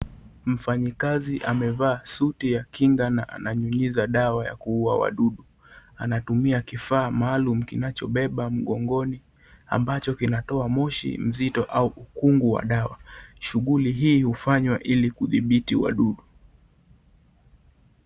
Mfanyikazi amevaa suti ya kinga na ananyunyiza dawa ya kuuwa wadudu anatumia kifaa maalum kinachobebwa mgongoni ambacho kinatoa moshi mzito au mkungu wa dawa shughuli huu hufanywa ili kudhibiti wadudu .